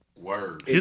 Word